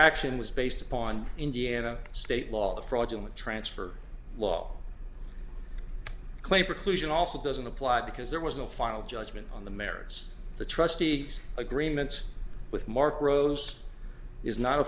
action was based upon indiana state law the fraudulent transfer law claim preclusion also doesn't apply because there was no final judgment on the merits the trustees agreements with mark rose is not a